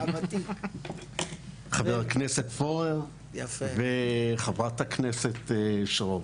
-- חבר הכנסת פורר וחברת הכנסת שרון.